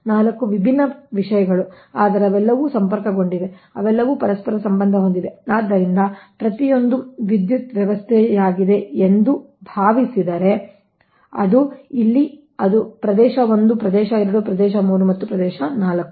4 ವಿಭಿನ್ನ ವಿಷಯಗಳು ಆದರೆ ಅವೆಲ್ಲವೂ ಸಂಪರ್ಕಗೊಂಡಿವೆ ಅವೆಲ್ಲವೂ ಪರಸ್ಪರ ಸಂಬಂಧ ಹೊಂದಿವೆ ಆದ್ದರಿಂದ ಪ್ರತಿಯೊಂದೂ ವಿದ್ಯುತ್ ವ್ಯವಸ್ಥೆಯಾಗಿದೆ ಎಂದು ಭಾವಿಸಿದರೆ ಅದು ಇಲ್ಲಿ ಅದು ಪ್ರದೇಶ 1 ಪ್ರದೇಶ 2 ಪ್ರದೇಶ 3 ಪ್ರದೇಶ 4